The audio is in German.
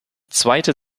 zweite